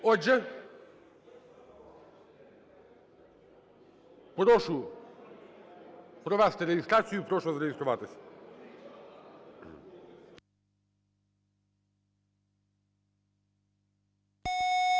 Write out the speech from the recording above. Отже, прошу провести реєстрацію. Прошу зареєструватись.